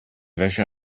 wäsche